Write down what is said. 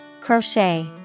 Crochet